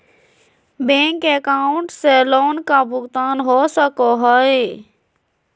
Bank account से loan का भुगतान हो सको हई?